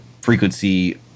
frequency